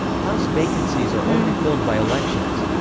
house vacancies are only filled by elections.